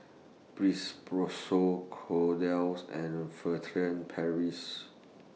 Kordel's and Furtere Paris